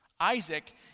Isaac